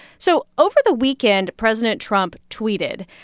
so over the weekend, president trump tweeted.